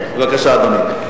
בבקשה, אדוני.